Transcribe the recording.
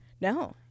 No